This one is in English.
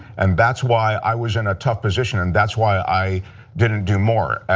and that's why i was in a tough position, and that's why i didn't do more.